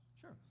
Sure